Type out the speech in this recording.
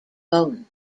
bone